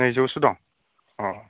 नैजौसो दं अ